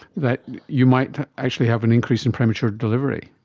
that you might actually have an increase in premature delivery.